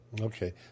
Okay